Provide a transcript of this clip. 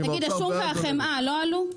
תגיד, השום והחמאה לא עלו?